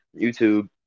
YouTube